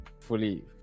fully